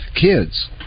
kids